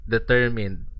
Determined